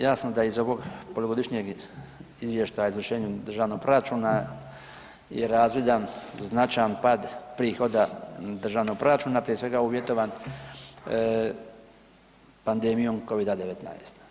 Jasno da iz ovog Polugodišnjeg izvještaja o izvršenju državnog proračuna je razvidan značajan pad prihoda državnog proračuna, prije svega uvjetovan pandemijom covid-19.